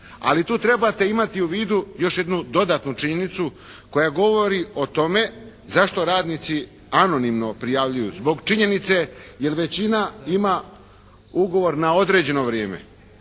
Ali tu trebati u vidu još jednu dodatnu činjenicu koja govori o tome zašto radnici anonimno prijavljuju. Zbog činjenica jer većina ima ugovor na određeno vrijeme.